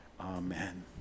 amen